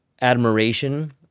admiration